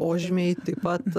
požemiai taip pat